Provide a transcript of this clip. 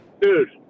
Dude